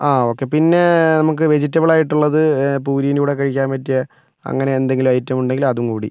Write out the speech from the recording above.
ആ ഓക്കേ പിന്നെ നമുക്ക് വെജിറ്റബിൾ ആയിട്ടുള്ളത് പൂരിൻ്റെ കൂടെ കഴിക്കാൻ പറ്റിയ അങ്ങനെ എന്തെങ്കിലും ഐറ്റം ഉണ്ടെങ്കിൽ അതും കൂടി